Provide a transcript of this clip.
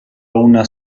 una